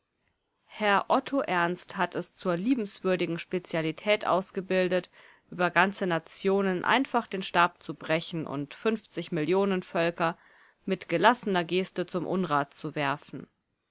herr otto ernst hat es zur liebenswürdigen spezialität ausgebildet über ganze nationen einfach den stab zu brechen und fünfzigmillionenvölker mit gelassener geste zum unrat zu werfen